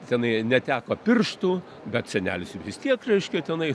senai neteko pirštų bet senelis juk vis tiek reiškia tenai